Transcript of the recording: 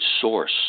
source